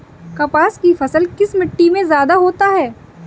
कपास की फसल किस मिट्टी में ज्यादा होता है?